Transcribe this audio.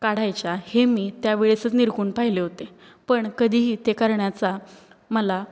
काढायच्या हे मी त्यावेळेसच निरखून पाहिले होते पण कधीही ते करण्याचा मला